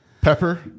pepper